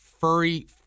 furry